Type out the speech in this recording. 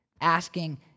asking